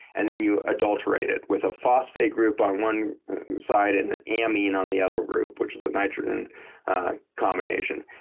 and then, you adulterate it with a phosphate group on one side and amine on the other group, which is a nitrogen combination.